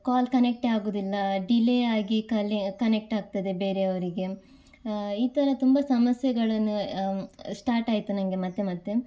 ಕಾಲ್ ಕನೆಕ್ಟಾಗುವುದಿಲ್ಲ ಡಿಲೇಯಾಗಿ ಕಲೆ ಕನೆಕ್ಟಾಗ್ತದೆ ಬೇರೆಯವರಿಗೆ ಈ ಥರ ತುಂಬ ಸಮಸ್ಯೆಗಳನ್ನು ಸ್ಟಾರ್ಟಾಯಿತು ನನಗೆ ಮತ್ತೆ ಮತ್ತೆ